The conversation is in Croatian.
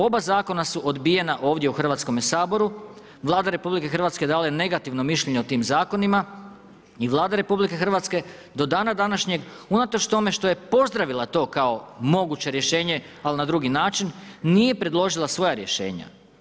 Oba zakona su odbijena ovdje u Hrvatskome saboru, Vlada RH je dala negativno mišljenje o tim zakonima i Vlada RH do dana današnjeg, unatoč tome što je pozdravila to kao moguće rješenje, ali na drugi način, nije predložila svoja rješenja.